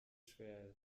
schwer